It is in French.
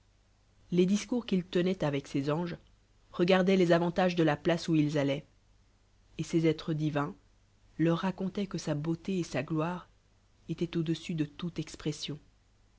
let discours qu'ill tenoient avec les anges regardoicnt les avantages de la placc où ils alloient et ces èlres divins leur ra contoient que sa beauté et sa gluire étoient au desius de toute expression